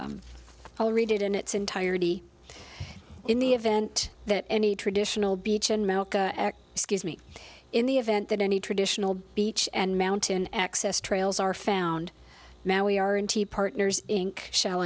and i'll read it in its entirety in the event that any traditional beechen melka scuse me in the event that any traditional beach and mountain access trails are found now we are in t partners inc shall